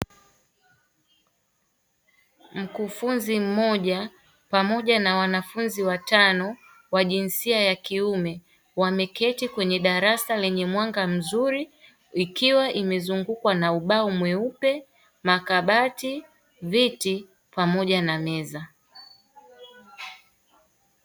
Mkufunzi mmoja pamoja na wanafunzi watano wa jinsia ya kiume wameketi kwenye darasa lenye mwanga mzuri ikiwa imezungukwa na ubao mweupe, makabati, viti pamoja na meza.